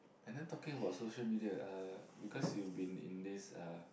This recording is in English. and then talking about social media uh you you been in this uh